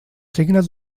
signes